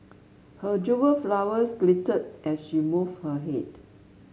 her jewelled flowers glittered as she moved her head